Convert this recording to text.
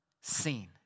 seen